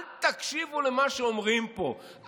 אל תקשיבו למה שאומרים פה,